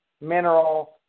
mineral